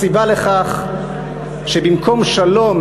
הסיבה לכך שבמקום שלום,